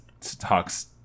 talks